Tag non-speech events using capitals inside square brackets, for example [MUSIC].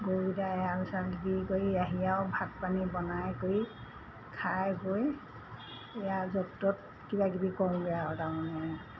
গৰুকেইটা এৰাল চেৰাল দি কৰি আহি আৰু ভাত পানী বনাই কৰি খাই বৈ [UNINTELLIGIBLE] য'ত ত'ত কিবাকিবি কৰোঁগৈ আৰু তাৰমানে